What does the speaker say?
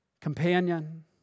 companion